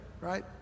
right